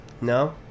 No